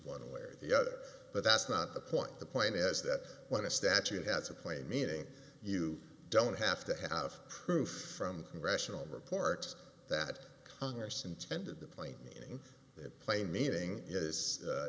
one way or the other but that's not the point the point is that when a statute has a plain meaning you don't have to have proof from congressional report that congress intended the plain meaning plain meaning is